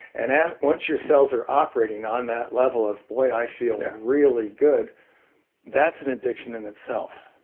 and yeah once your cells are operating on that level of boy, i feel really good that's an addiction in itself.